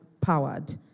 powered